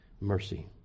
mercy